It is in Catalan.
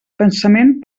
pensament